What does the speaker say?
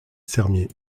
sermier